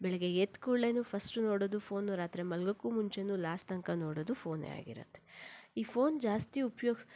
ಬೆಳಿಗ್ಗೆ ಎದ್ದ ಕೂಡ್ಲೇ ಫಸ್ಟು ನೋಡೋದು ಫೋನು ರಾತ್ರಿ ಮಲ್ಗೋಕ್ಕೂ ಮುಂಚೆಯೂ ಲಾಸ್ಟ್ ತನಕ ನೋಡೋದು ಫೋನೇ ಆಗಿರತ್ತೆ ಈ ಫೋನ್ ಜಾಸ್ತಿ ಉಪಯೋಗ್ಸಿ